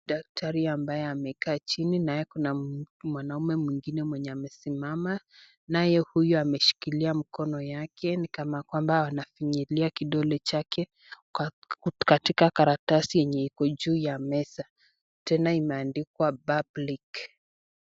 Daktari ambaye amekaa chini naye kuna mwanaume mwingine mwenye amesimama ,naye huyu ameshikilia mkono yake ni kana kwamba wanafinyilia kidole chake katika karatasi yenye iko juu ya meza. Tena imeandikwa cs[public]cs.